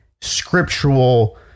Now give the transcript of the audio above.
scriptural